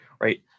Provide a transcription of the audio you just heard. right